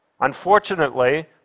Unfortunately